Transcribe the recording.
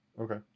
Okay